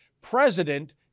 president